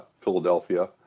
Philadelphia